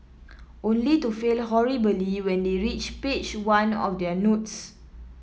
only to fail horribly when they reach page one of their notes